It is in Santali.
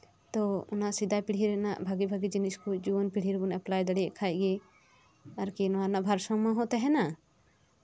ᱛᱳ ᱥᱮᱫᱟᱭ ᱯᱤᱲᱦᱤ ᱨᱮᱱᱟᱜ ᱵᱷᱟᱹᱜᱤ ᱵᱱᱷᱟᱹᱜᱤ ᱡᱤᱱᱤᱥ ᱠᱚ ᱡᱩᱣᱟᱹᱱ ᱯᱤᱲᱦᱤ ᱨᱮᱵᱚᱱ ᱮᱯᱞᱟᱭ ᱫᱟᱲᱮᱭᱟᱜ ᱠᱷᱟᱱᱜᱮ ᱟᱨᱠᱤ ᱱᱚᱶᱟ ᱨᱮᱭᱟᱜ ᱵᱷᱟᱨ ᱥᱟᱢᱢᱚ ᱦᱚᱸ ᱛᱟᱦᱮᱸᱱᱟ